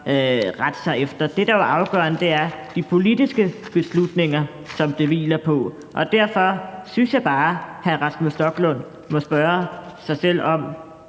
rette sig efter. Det, der jo er afgørende, er de politiske beslutninger, som det hviler på. Derfor synes jeg bare, hr. Rasmus Stoklund må spørge sig selv, om